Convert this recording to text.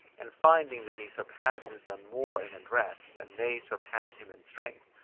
and finding that he surpasses them more in address, than they surpass him in strength,